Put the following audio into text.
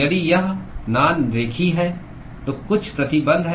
यदि यह नान रेखीय है तो कुछ प्रतिबंध हैं